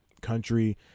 country